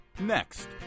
Next